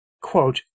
Quote